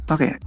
Okay